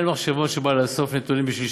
אין מחשבון שבא לאסוף נתונים בשביל